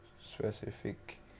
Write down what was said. specific